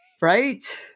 right